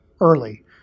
early